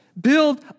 Build